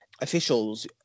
officials